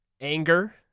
anger